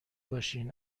باشین